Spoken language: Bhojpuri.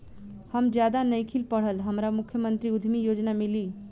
हम ज्यादा नइखिल पढ़ल हमरा मुख्यमंत्री उद्यमी योजना मिली?